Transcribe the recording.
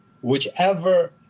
whichever